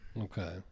Okay